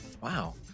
wow